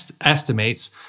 estimates